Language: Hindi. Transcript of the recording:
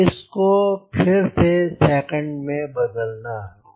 इस को फिर से सेकंड में बदलना होगा